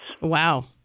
Wow